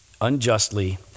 unjustly